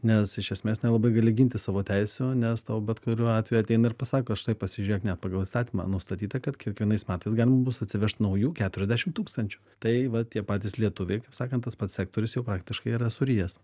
nes iš esmės nelabai gali ginti savo teisių nes tau bet kuriuo atveju ateina ir pasako štai pasižiūrėk net pagal įstatymą nustatyta kad kiekvienais metais galima bus atsivežt naujų keturiasdešimt tūkstančių tai va tie patys lietuviai kaip sakant tas pats sektorius jau praktiškai yra surijęs